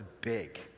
big